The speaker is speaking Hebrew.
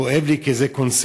כואב לי כי זה קונסנזוס,